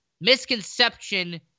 misconception